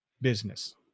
business